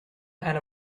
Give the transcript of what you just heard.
and